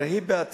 הרי היא בעצמה